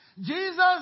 Jesus